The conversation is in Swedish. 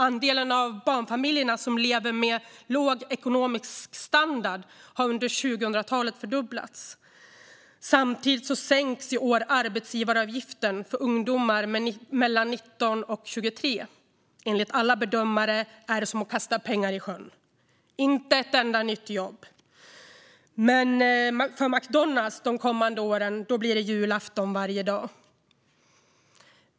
Andelen barnfamiljer som lever med låg ekonomisk standard har under 2000-talet fördubblats. Samtidigt sänks i år arbetsgivaravgiften för ungdomar mellan 19 och 23. Enligt alla bedömare är det att kasta pengar i sjön. Inte ett enda nytt jobb blir det. Men för McDonald's blir det de kommande åren julafton varje dag.